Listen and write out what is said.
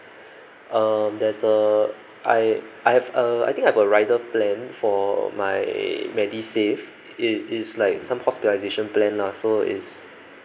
um there's a I I have a I think I have a rider plan for my medisave it is like some hospitalisation plan lah so is